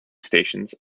stations